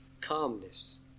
calmness